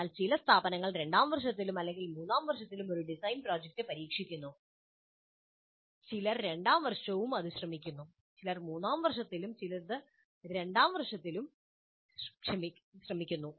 എന്നാൽ ചില സ്ഥാപനങ്ങൾ രണ്ടാം വർഷത്തിലും അല്ലെങ്കിൽ മൂന്നാം വർഷത്തിലും ഒരു ഡിസൈൻ പ്രോജക്റ്റ് പരീക്ഷിക്കുന്നു ചിലർ രണ്ട് വർഷവും ഇത് ശ്രമിക്കുന്നു ചിലർ മൂന്നാം വർഷത്തിലും ചിലർ രണ്ടാം വർഷത്തിലും ശ്രമിക്കുന്നു